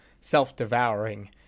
self-devouring